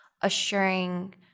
assuring